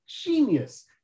genius